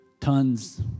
tons